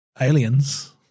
aliens